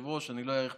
אאריך בדבריי,